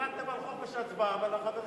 החלטתם על חופש הצבעה, אבל החברים אינם.